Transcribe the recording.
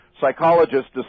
Psychologists